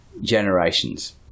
generations